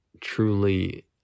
truly